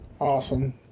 Awesome